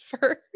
first